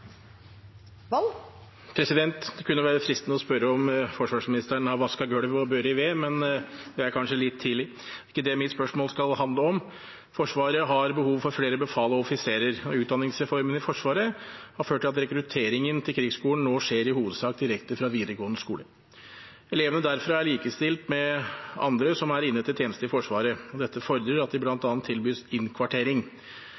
ikke det mitt spørsmål skal handle om. Forsvaret har behov for flere befal og offiserer. Utdanningsreformen i Forsvaret har ført til at rekrutteringen til Krigsskolen nå i hovedsak skjer direkte fra videregående skole. Elever derfra er likestilt med dem som er inne til tjeneste i Forsvaret. Dette fordrer at de